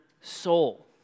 soul